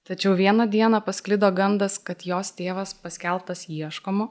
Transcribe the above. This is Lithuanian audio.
tačiau vieną dieną pasklido gandas kad jos tėvas paskelbtas ieškomu